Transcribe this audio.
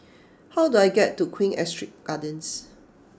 how do I get to Queen Astrid Gardens